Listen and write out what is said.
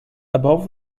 above